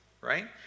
right